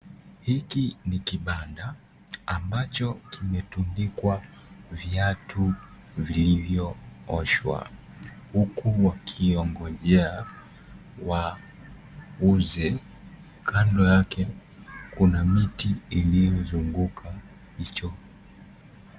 Hiki ni kipanda ambacho kimetundikwa viatu vilivyooshwa. Huku wakiongojea wauze. Kando yake kuna miti iliyokizunguka hicho.